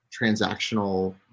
transactional